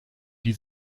die